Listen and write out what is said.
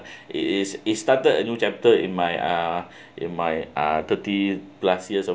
it is is started a new chapter in my uh in my uh thirty plus years of